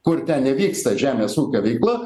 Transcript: kur ten nevyksta žemės ūkio veikla